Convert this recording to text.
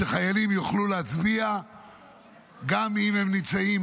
שחיילים יוכלו להצביע גם אם הם נמצאים